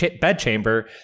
bedchamber